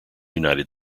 united